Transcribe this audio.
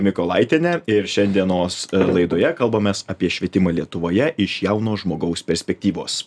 mykolaitiene ir šiandienos laidoje kalbamės apie švietimą lietuvoje iš jauno žmogaus perspektyvos